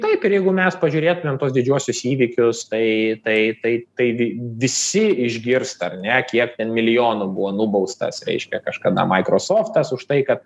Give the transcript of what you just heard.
taip ir jeigu mes pažiūrėtumėm tuos didžiuosius įvykius tai tai tai tai visi išgirsta ar ne kiek ten milijonų buvo nubaustas reiškia kažkada maikrosoftas už tai kad